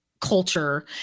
culture